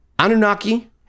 Anunnaki